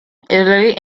italy